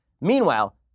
Meanwhile